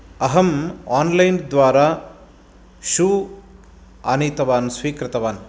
अहं आन्लैन् द्वारा शू आनीतवान् स्वीकृतवान्